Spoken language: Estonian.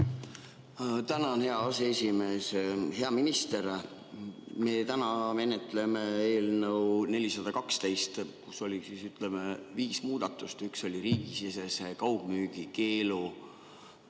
Tänan, hea aseesimees! Hea minister! Täna menetleme eelnõu 412, kus on, ütleme, viis muudatust. Üks oli riigisisese kaugmüügi keelu